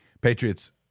Patriots